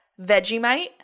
Vegemite